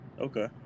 okay